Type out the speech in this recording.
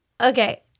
okay